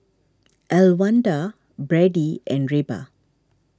Elwanda Brady and Reba